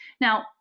Now